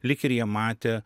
lyg ir jie matė